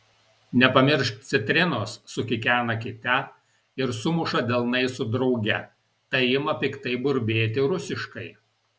nepamiršk citrinos sukikena kita ir sumuša delnais su drauge ta ima piktai burbėti rusiškai